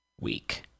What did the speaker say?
week